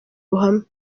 ruhame